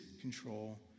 control